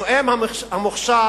הנואם המוכשר